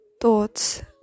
thoughts